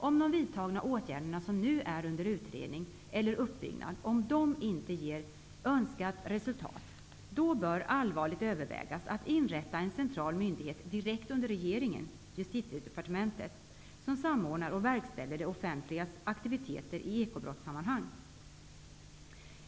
Om de åtgärder som nu är under utredning eller under uppbyggnad inte ger önskat resultat, bör allvarligt övervägas att inrätta en central myndighet direkt under regeringen, under Justitiedepartementet, som samordnar och verkställer det offentligas aktiviteter i ekobrottssammanhang.